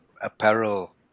apparel